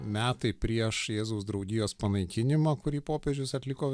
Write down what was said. metai prieš jėzaus draugijos panaikinimą kurį popiežius atliko